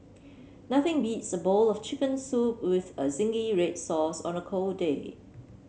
nothing beats the bowl of chicken soup with a zingy red sauce on a cold day